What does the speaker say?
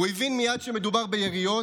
הוא הבין מייד שמדובר ביריות.